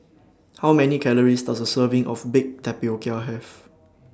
How Many Calories Does A Serving of Baked Tapioca Have